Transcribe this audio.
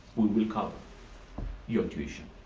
we will cover your tuition.